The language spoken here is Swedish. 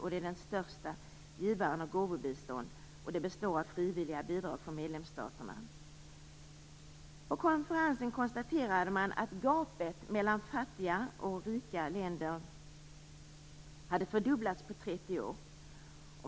Det är den största givaren av gåvobistånd, som består av frivilliga bidrag från medlemsstaterna. På konferensen konstaterade man att gapet mellan fattiga och rika länder hade fördubblats på 30 år.